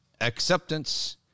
acceptance